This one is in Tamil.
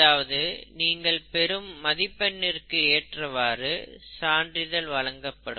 அதாவது நீங்கள் பெரும் மதிப்பெண்ணிற்கு ஏற்றவாறு சான்றிதழ் வழங்கப்படும்